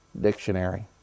dictionary